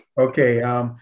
Okay